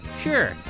Sure